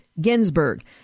Ginsburg